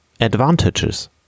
Advantages